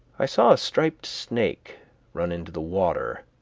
i saw a striped snake run into the water,